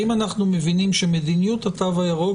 האם אנחנו מבינים שמדיניות התו הירוק,